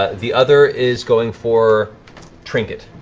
ah the other is going for trinket.